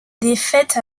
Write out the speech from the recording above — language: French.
défaite